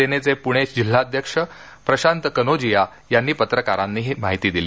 सेनेचे प्णे जिल्हाध्यक्ष प्रशांत कनोजिया यांनी पत्रकारांना ही माहिती दिली